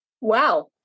Wow